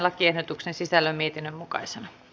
lakiehdotuksen sisällön mietinnön mukaisena